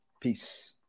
Peace